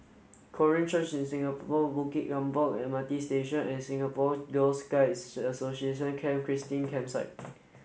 Korean Church in Singapore Bukit Gombak M R T Station and Singapore Girl Guides Association Camp Christine Campsite